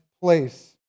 place